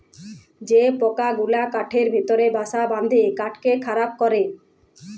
যে পকা গুলা কাঠের ভিতরে বাসা বাঁধে কাঠকে খারাপ ক্যরে